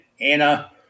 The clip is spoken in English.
Anna